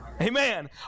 Amen